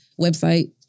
website